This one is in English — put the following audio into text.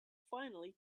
finally